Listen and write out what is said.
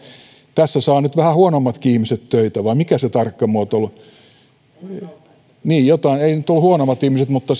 tässä saavat nyt vähän huonommatkin ihmiset töitä vai mikä se tarkka muotoilu oli niin jotain ei se nyt ollut huonommat ihmiset mutta